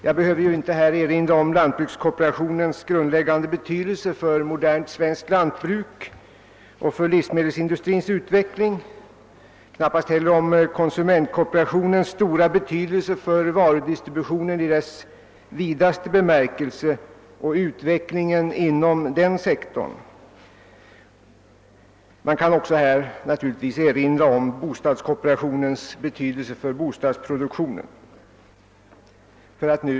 Jag behöver bara här erinra om lantbrukskooperationens grundläggande betydelse för modernt svenskt lantbruk och för livsmedelsindustrins utveckling samt om konsumentkooperationens stora betydelse för varudistributionen i dess vidaste bemärkelse och utvecklingen in om denna sektor — eller om bostadskooperationens betydelse för bostadsproduktionen.